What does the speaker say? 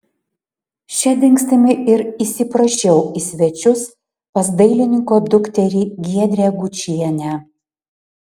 šia dingstimi ir įsiprašiau į svečius pas dailininko dukterį giedrę gučienę